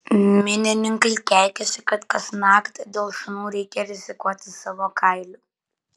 minininkai keikiasi kad kasnakt dėl šunų reikia rizikuoti savo kailiu